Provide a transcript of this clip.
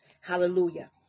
Hallelujah